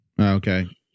Okay